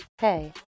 hey